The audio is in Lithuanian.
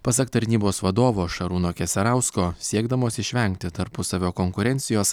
pasak tarnybos vadovo šarūno keserausko siekdamos išvengti tarpusavio konkurencijos